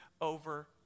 over